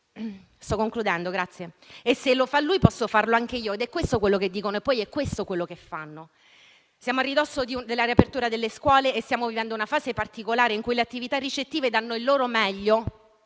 le regole e «se lo fa lui, posso farlo anche io»; è questo quello che dicono ed è questo quello che poi fanno. Siamo a ridosso della riapertura delle scuole e stiamo vivendo una fase particolare in cui le attività ricettive danno il loro meglio